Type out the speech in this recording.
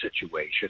situation